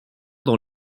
dans